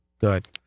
good